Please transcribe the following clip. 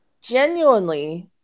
genuinely